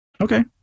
Okay